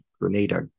Grenada